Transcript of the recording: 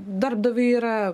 darbdaviui yra